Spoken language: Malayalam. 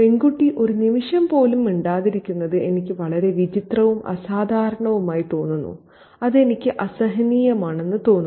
പെൺകുട്ടി ഒരു നിമിഷം പോലും മിണ്ടാതിരിക്കുന്നത് എനിക്ക് വളരെ വിചിത്രവും അസാധാരണവുമായി തോന്നുന്നു അത് എനിക്ക് അസഹനീയമാണെന്ന് തോന്നുന്നു